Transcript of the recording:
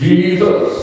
Jesus